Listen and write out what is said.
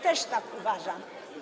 Też tak uważam.